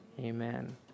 Amen